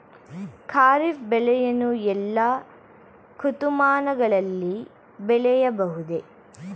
ಖಾರಿಫ್ ಬೆಳೆಯನ್ನು ಎಲ್ಲಾ ಋತುಮಾನಗಳಲ್ಲಿ ಬೆಳೆಯಬಹುದೇ?